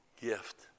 gift